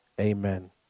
amen